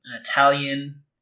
Italian